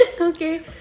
Okay